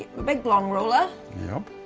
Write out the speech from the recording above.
big long ruler yep.